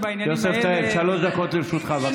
אתה העברת היום, חבר הכנסת כלפון, לא בעמידה.